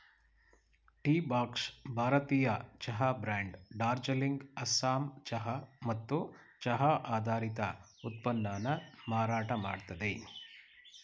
Teabox ಭಾರತೀಯ ಚಹಾ brand Darjeeling Assam ಚಹಾ ಮತ್ತು ಚಹಾ ಆಧಾರಿತ ಉತ್ಪನ್ನನ ಮಾರಾಟ ಮಾಡ್ತದೆ